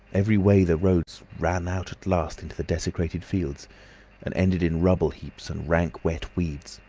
every way the roads ran out at last into the desecrated fields and ended in rubble heaps and rank wet weeds.